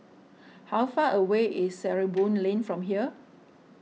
how far away is Sarimbun Lane from here